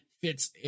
fits